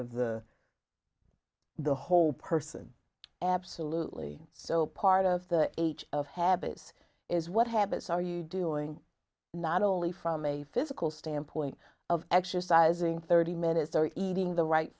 of the the whole person absolutely so part of the age of habits is what habits are you doing not only from a physical standpoint of exercising thirty minutes or eating the right